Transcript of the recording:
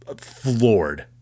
floored